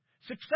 Success